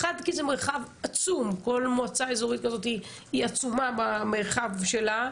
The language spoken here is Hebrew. כי זה מרחב עצום - כל מועצה אזורית כזאת היא עצומה במרחב שלה,